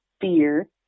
fear